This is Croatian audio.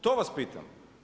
To vas pitam.